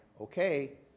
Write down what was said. okay